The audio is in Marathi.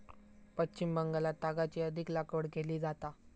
पश्चिम बंगालात तागाची अधिक लागवड केली जाता